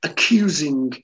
Accusing